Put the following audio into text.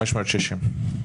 560 דפים.